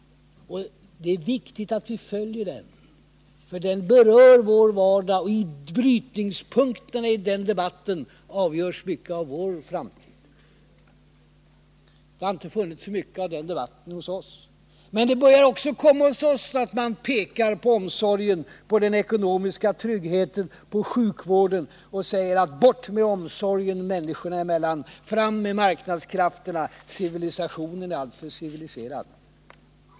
Det är viktigt att vi följer den, för den berör vår vardag. Och i brytningspunkterna av den debatten avgörs mycket av vår framtid. Debatten har inte förekommit så mycket här, men det börjar komma även hos oss att man pekar på omsorgen, på den ekonomiska tryggheten, på sjukvården och säger: Bort med omsorgen människor emellan. Fram med marknadskrafterna. Civilisationen är alltför civiliserad.